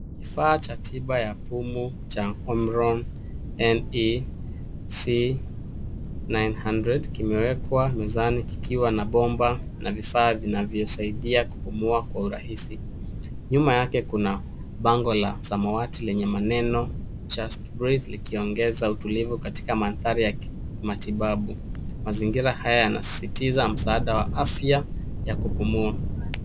Kifaa cha tiba ya pumu cha Omron NEC 900 kimewekwa mezani kikiwa na bomba na vifaa vinavyosaidia kupumua kwa urahisi. Nyuma yake kuna bango la samawati lenye maneno " Just Breathe " likiongeza utulivu katika mandhari ya matibabu. Mazingira haya yanasisitiza msaada wa afya ya kupumua.